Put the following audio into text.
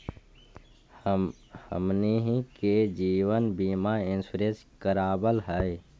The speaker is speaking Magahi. हमनहि के जिवन बिमा इंश्योरेंस करावल है?